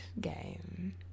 game